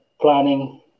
planning